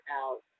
out